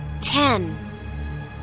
ten